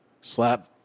Slap